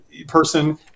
person